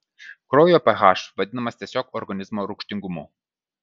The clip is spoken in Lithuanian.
kraujo ph vadinamas tiesiog organizmo rūgštingumu